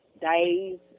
days